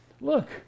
Look